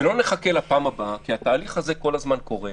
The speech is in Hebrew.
ולא נחכה לפעם הבאה כי התהליך הזה כל הזמן קורה.